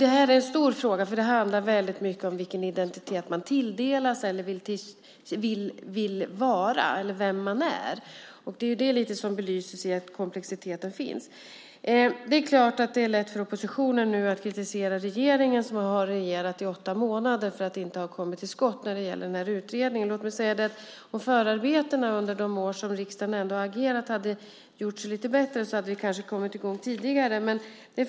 Det här är en stor fråga eftersom den handlar om vilken identitet man tilldelas eller vill ha, vem man är. Det är det som belyses i denna komplexitet. Det är klart att det är lätt för oppositionen att kritisera regeringen, som har regerat i åtta månader, för att inte ha kommit till skott när det gäller denna utredning. Om förarbetena från de år riksdagen ändå har agerat hade varit lite bättre hade vi kanske kommit i gång tidigare.